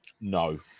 No